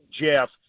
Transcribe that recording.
Jeff